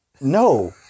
No